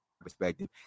perspective